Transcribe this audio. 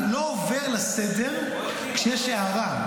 אבל אני לא עובר לסדר-היום כשיש הערה,